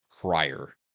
prior